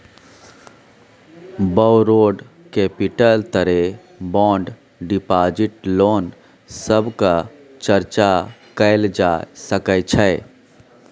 borrowed capital तरे bond deposit loan सभक चर्चा कएल जा सकइ छै